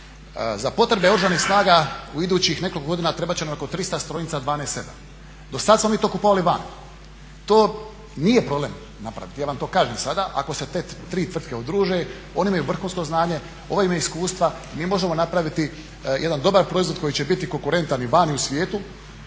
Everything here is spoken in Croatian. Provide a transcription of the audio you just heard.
Za potrebe Oružanih snaga u idućih nekoliko godina trebat će nam oko tristo strojnica 12/7. Do sad smo mi to kupovali vani. To nije problem napraviti ja vam to kažem sada ako se te tri tvrtke udruže. One imaju vrhunsko znanje, one imaju iskustva, mi možemo napraviti jedan dobar proizvod koji će biti konkurentan i vani u svijetu.